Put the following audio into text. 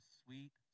sweet